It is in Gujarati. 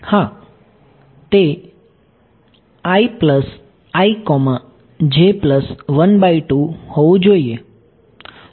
હા તે હોવું જોઈએ